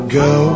go